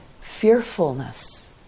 fearfulness